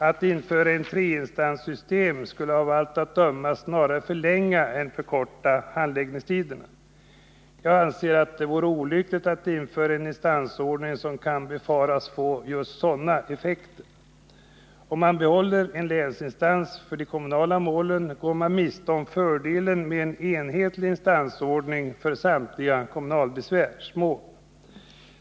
Att införa ett treinstanssystem skulle av allt att döma snarare förlänga än förkorta handläggningstiderna. Jag anser att det vore olyckligt att införa en instansordning som kan befaras få sådana effekter. Om man behåller en länsinstans för de kommunala målen, går man miste om fördelen med en enhetlig instansordning för samtliga kommunalbesvärsmål.